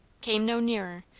came no nearer,